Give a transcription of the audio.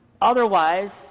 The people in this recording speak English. Otherwise